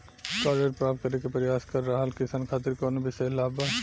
का ऋण प्राप्त करे के प्रयास कर रहल किसान खातिर कउनो विशेष लाभ बा?